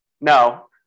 No